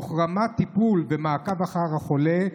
ברמת טיפול מצוינת ותוך מעקב אחר החולה,